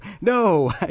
no